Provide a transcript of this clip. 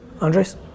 Andres